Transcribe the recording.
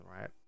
right